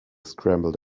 scrambled